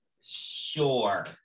Sure